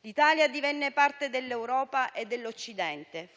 L'Italia divenne parte dell'Europa e dell'Occidente,